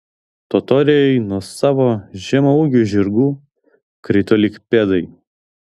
totoriai nuo savo žemaūgių žirgų krito lyg pėdai